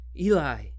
Eli